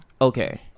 Okay